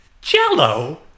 Jell-O